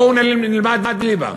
בואו נלמד ליבה?